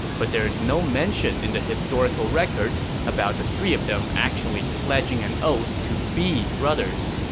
but there is no mention in the historical records about the three of them actually pledging an oath to be brothers.